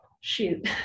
Shoot